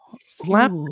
slap